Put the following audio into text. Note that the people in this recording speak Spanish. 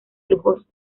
lujoso